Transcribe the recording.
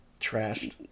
Trashed